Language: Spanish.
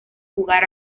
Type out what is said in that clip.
jugar